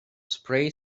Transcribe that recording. spray